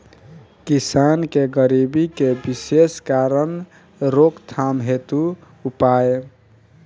किसान के गरीबी के विशेष कारण रोकथाम हेतु उपाय?